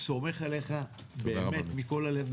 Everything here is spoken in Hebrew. סומך עליך באמת מכל הלב.